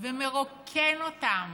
ומרוקן אותם.